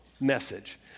message